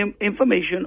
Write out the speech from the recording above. information